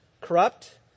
corrupt